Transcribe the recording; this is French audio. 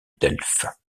delphes